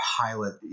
pilot